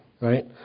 right